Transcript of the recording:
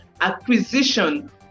acquisition